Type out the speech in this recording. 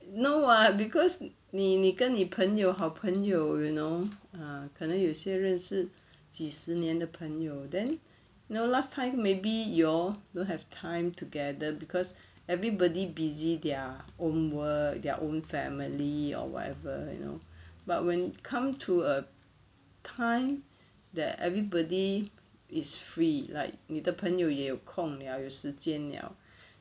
no [what] cause 你你跟你朋友好朋友 you know err 可能有些认识几十年的朋友 then you know last time maybe you all don't have time together cause everybody busy their own work their own family or whatever you know but when come to a time that everybody is free like 你的朋友也有空 liao 有时间 liao